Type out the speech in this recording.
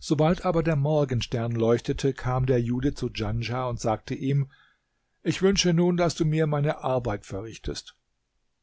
sobald aber der morgenstern leuchtete kam der jude zu djanschah und sagte ihm ich wünsche nun daß du mir meine arbeit verrichtest